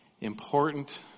important